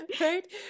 Right